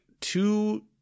two